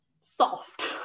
soft